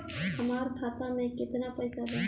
हमार खाता में केतना पैसा बा?